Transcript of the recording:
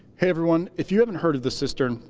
everyone, if you haven't hard of the cistern,